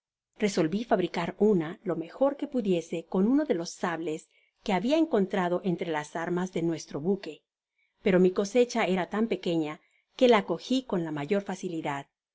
resolvi fabricar una lo mejor que pudiese con uno de los sables que había encontrado entre las armas de nuestro buque pero mi cosecha era un pequeña que la cogi con la mayor facilidad la